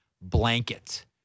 blanket